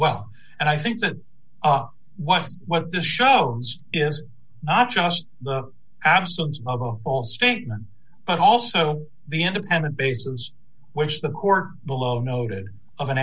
well and i think that what this shows is not just the absence of a false statement but also the independent basins which the court below noted of an